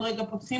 עוד רגע פותחים,